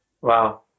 Wow